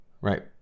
right